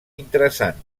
interessant